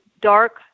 dark